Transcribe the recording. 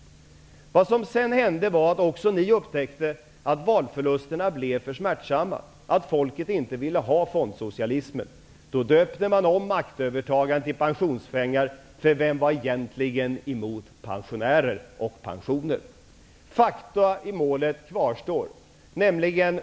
Det som sedan hände var att också ni upptäckte att valförlusterna blev för smärtsamma och att folket inte ville ha fondsocialismen. Då döpte ni om maktövertagandet till att gälla pensionspengar, för vem var egentligen emot pensionärer och pensioner? Faktum i målet kvarstår.